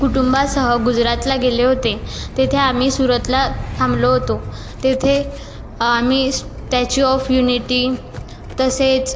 कुटुंबासह गुजरातला गेले होते तेथे आम्ही सुरतला थांबलो होतो तेथे आम्ही स्टॅच्यू ऑफ युनिटी तसेच